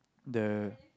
the